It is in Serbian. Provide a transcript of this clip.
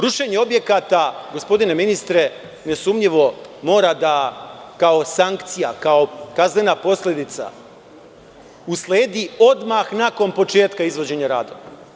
Rušenje objekata, gospodine ministre, nesumnjivo mora kao sankcija, kao kaznena posledica, da usledi odmah nakon početka izvođenja radova.